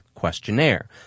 Questionnaire